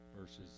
Verses